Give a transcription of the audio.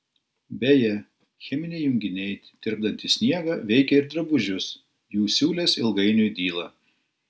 beje cheminiai junginiai tirpdantys sniegą veikia ir drabužius jų siūlės ilgainiui dyla